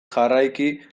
jarraiki